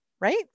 right